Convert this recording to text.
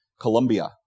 Colombia